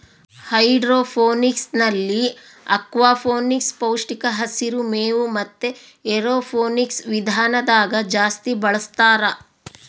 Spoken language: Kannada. ಹೈಡ್ರೋಫೋನಿಕ್ಸ್ನಲ್ಲಿ ಅಕ್ವಾಫೋನಿಕ್ಸ್, ಪೌಷ್ಟಿಕ ಹಸಿರು ಮೇವು ಮತೆ ಏರೋಫೋನಿಕ್ಸ್ ವಿಧಾನದಾಗ ಜಾಸ್ತಿ ಬಳಸ್ತಾರ